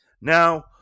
Now